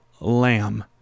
lamb